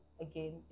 again